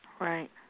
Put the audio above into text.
Right